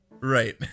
Right